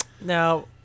Now